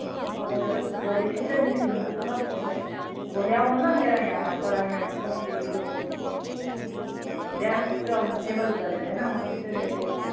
अँ बोलेरो भोलि छिट्टै निस्किनु न त ल त्यसो भए भोलि आउनु ल मेरो यहाँ भातपाडा यहाँ बस्ती विजयपुर बस्तीमा बिहान छिट्टो आउनु छ बजे भनेको होइन म छिट्टै रेडी हुन्छु